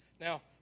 Now